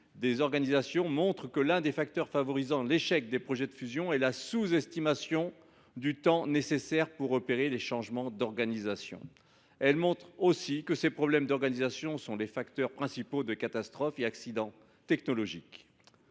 des organisations montrent que l’un des facteurs favorisant l’échec des projets de fusion est la sous estimation du temps nécessaire pour opérer les changements d’organisation. Elles montrent aussi que ces problèmes d’organisation sont les facteurs principaux de catastrophes et d’accidents technologiques.